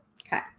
Okay